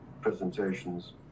presentations